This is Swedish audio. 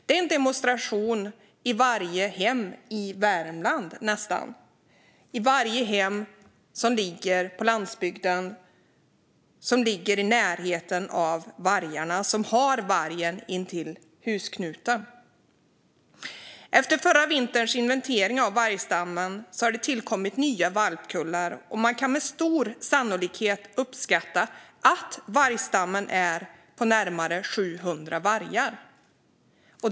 Det är en demonstration i varje hem i Värmland, nästan, i varje hem som ligger på landsbygden i närheten av vargarna och har vargen inpå knutarna. Efter förra vinterns inventering av vargstammen har det tillkommit nya valpkullar. Man kan nu uppskatta att vargstammen med stor sannolikhet är på närmare 700 vargar.